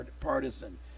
partisan